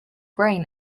brain